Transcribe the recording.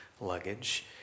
luggage